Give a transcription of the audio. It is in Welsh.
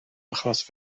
achos